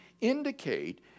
indicate